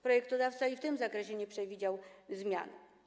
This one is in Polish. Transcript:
Projektodawca i w tym zakresie nie przewidział zmian.